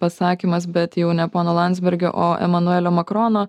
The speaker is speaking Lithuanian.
pasakymas bet jau ne pono landsbergio o emanuelio makrono